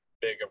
big